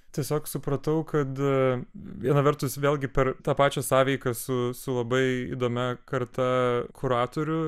tiesiog supratau kad viena vertus vėlgi per tą pačią sąveiką su su labai įdomia karta kuratorių